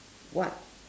what